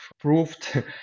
proved